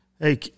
hey